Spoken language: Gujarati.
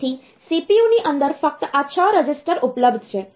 તેથી CPU ની અંદર ફક્ત આ 6 રજિસ્ટર ઉપલબ્ધ છે